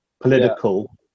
political